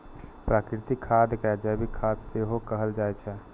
प्राकृतिक खाद कें जैविक खाद सेहो कहल जाइ छै